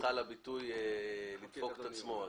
סליחה על הביטוי "לדפוק את עצמו".